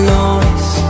noise